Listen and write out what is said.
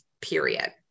period